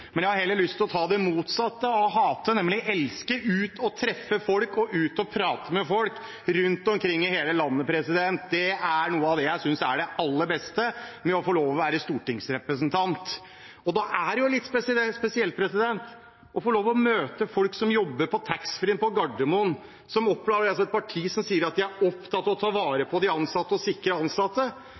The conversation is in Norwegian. Men jeg har heller lyst til å ta det motsatte av å hate, nemlig elske: ut og treffe folk og ut og prate med folk rundt omkring i hele landet. Det er noe av det jeg synes er det aller beste ved å få lov å være stortingsrepresentant. Da er det litt spesielt å møte folk som jobber på taxfree-en på Gardermoen, som opplever at et parti som sier at de er opptatt av å ta vare på og sikre de ansatte,